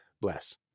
bless